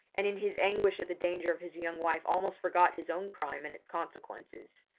and in his anguish at the danger of his young wife almost forgot his own crime and its consequences.